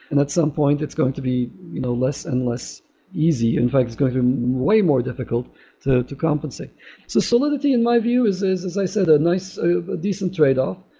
and at some point, it's going to be you know less and less easy. in fact going way more difficult to to compensate so solidity in my view is is as i said, a decent tradeoff.